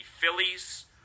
Phillies